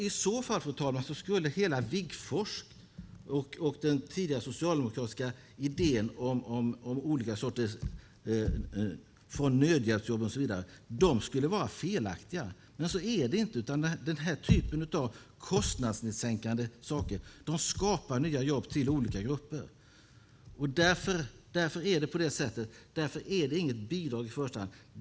I så fall, fru talman, skulle hela Wigforss och den tidigare socialdemokratiska idén om olika sorters nödhjälpsjobb och så vidare vara felaktig. Men så är det inte. Denna typ av kostnadssänkande saker skapar nya jobb till olika grupper. Därför är detta inget bidrag i första hand.